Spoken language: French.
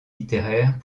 littéraires